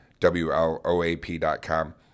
WLOAP.com